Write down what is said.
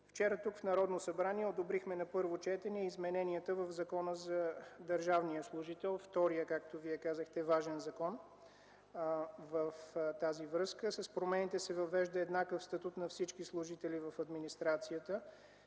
Вчера тук, в Народното събрание, одобрихме на първо четене измененията в Закона за държавния служител – втория важен закон, както Вие казахте. В тази връзка, с промените в него се въвежда еднакъв статут на всички служители в администрацията.